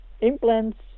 Implants